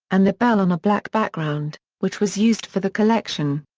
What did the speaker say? and the bell on a black background, which was used for the collection.